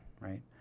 right